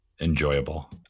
enjoyable